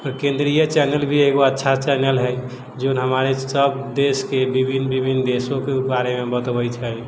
केन्द्रिय चैनल भी एगो अच्छा चैनल है जोन हमारे सब देशके विभिन्न विभिन्न देशोके बारेमे बतबै छै